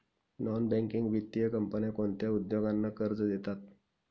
Non banking वित्तीय कंपन्या कोणत्या उद्योगांना कर्ज देतात?